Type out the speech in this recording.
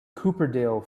cooperdale